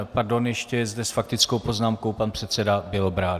Pardon, ještě je zde s faktickou poznámkou pan předseda Bělobrádek.